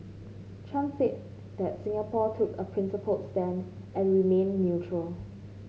Chan said that Singapore took a principled stand and remained neutral